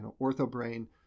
OrthoBrain